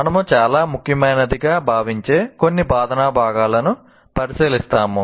మనము చాలా ముఖ్యమైనదిగా భావించే కొన్ని బోధనా భాగాలను పరిశీలిస్తాము